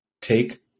take